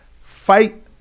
fight